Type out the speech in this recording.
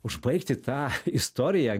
užbaigti tą istoriją